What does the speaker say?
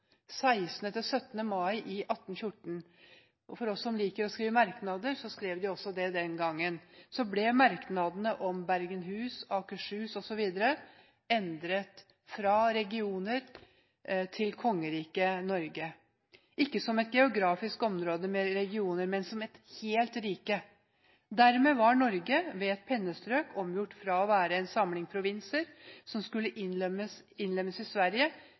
til 17. mai i 1814 ble gjennom merknader – de skrev merknader den gangen også – Bergenhus, Akershus osv. endret fra å være regioner til Kongeriket Norge – ikke som et geografisk område med regioner, men som ett helt rike. Dermed var Norge med et pennestrøk omgjort fra å være en samling provinser, som skulle innlemmes i Sverige,